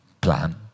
plan